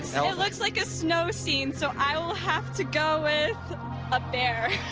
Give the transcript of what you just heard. so it looks like a snow scene so i will have to go with a bear